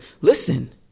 Listen